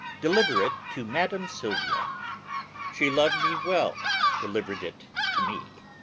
deliver it to madam silvia she lov'd me well deliver'd it to me.